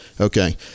Okay